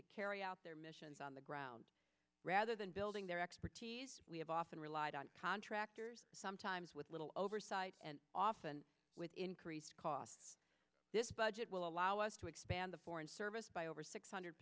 to carry out their missions on the ground rather than building their expertise we have often relied on contractors sometimes with little oversight and often with increased costs this budget will allow us to expand the foreign service by over six hundred